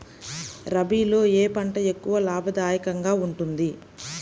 రబీలో ఏ పంట ఎక్కువ లాభదాయకంగా ఉంటుంది?